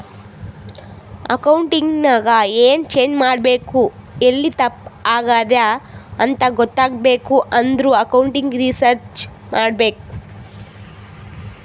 accounting ನಾಗ್ ಎನ್ change ಮಾಡ್ಬೇಕ್ ಎಲ್ಲಿ ತಪ್ಪ ಆಗ್ಯಾದ್ ಅಂತ ಗೊತ್ತಾಗ್ಬೇಕ ಅಂದುರ್ ಅಕೌಂಟಿಂಗ್ ರಿಸರ್ಚ್ ಮಾಡ್ಬೇಕ್